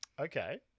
Okay